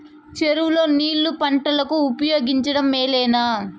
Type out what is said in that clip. చెరువు లో నీళ్లు పంటలకు ఉపయోగించడం మేలేనా?